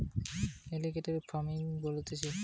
যখন কুমিরের চাষ করা হতিছে সেটাকে এলিগেটের ফার্মিং বলতিছে